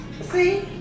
See